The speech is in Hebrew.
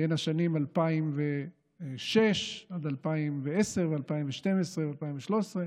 בין השנים 2006 עד 2010, ב-2012 וב-2013,